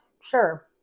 sure